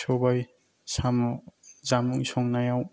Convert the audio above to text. सबाय साम' जामुं संनायाव